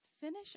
finish